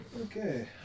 okay